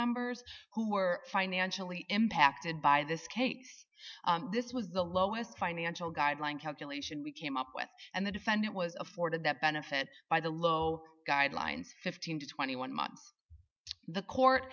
members who are financially impacted by this case this was the lowest financial guideline calculation we came up with and the defendant was afforded that benefit by the low guidelines fifteen to twenty one months the court